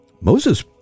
moses